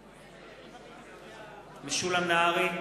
נגד משולם נהרי,